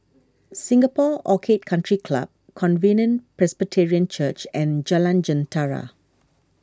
Singapore Orchid Country Club Covenant Presbyterian Church and Jalan Jentera